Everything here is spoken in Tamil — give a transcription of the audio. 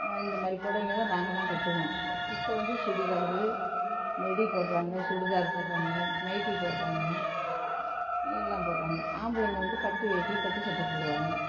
இந்த மாதிரி புடவைங்கதான் நாங்கள் எல்லாம் கட்டுவோம் இப்போ வந்து சுடிதாரு மெடி போடுறாங்க சுடிதாரு போடுறாங்க நைட்டி போடுறாங்க எல்லா போடுறாங்க ஆம்பளைங்க வந்து பட்டு வேட்டி பட்டு சட்டை போடுவாங்க